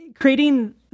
Creating